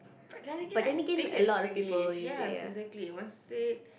then Again I think it's Singlish yes exactly once you say it